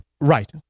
right